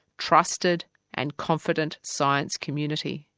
trusted and confident science community,